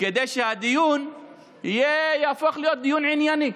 כדי שהדיון יהפוך להיות דיון ענייני.